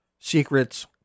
Secrets